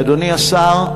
אדוני השר,